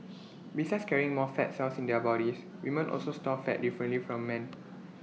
besides carrying more fat cells in their bodies women also store fat differently from men